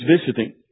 visiting